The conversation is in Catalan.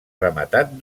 rematat